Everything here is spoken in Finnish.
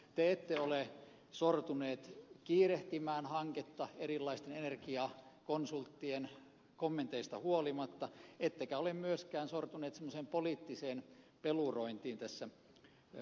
te ette ole sortuneet kiirehtimään hanketta erilaisten energiakonsulttien kommenteista huolimatta ettekä ole myöskään sortuneet semmoiseen poliittiseen pelurointiin tässä asiassa